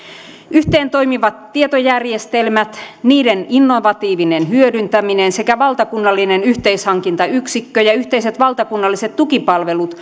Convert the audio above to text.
yhteen toimivat tietojärjestelmät niiden innovatiivinen hyödyntäminen sekä valtakunnallinen yhteishankintayksikkö ja ja yhteiset valtakunnalliset tukipalvelut